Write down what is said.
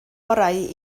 orau